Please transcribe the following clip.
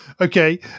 Okay